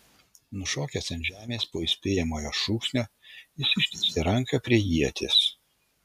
nušokęs ant žemės po įspėjamojo šūksnio jis ištiesė ranką prie ieties